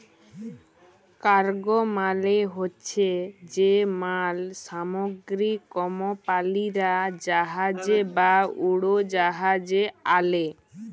cargo মালে হছে যে মাল সামগ্রী কমপালিরা জাহাজে বা উড়োজাহাজে আলে